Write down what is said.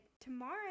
tomorrow